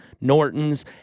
Nortons